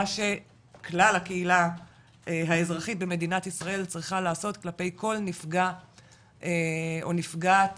מה שכלל הקהילה האזרחית במדינת ישראל צריכה לעשות כלפי כל נפגע או נפגעת